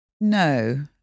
No